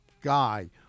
guy